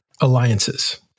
alliances